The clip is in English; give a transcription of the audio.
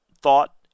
thought